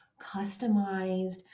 customized